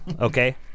okay